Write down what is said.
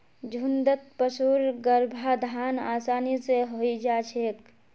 झुण्डत पशुर गर्भाधान आसानी स हई जा छेक